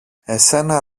εσένα